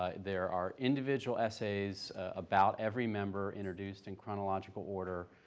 ah there are individual essays about every member introduced in chronological order,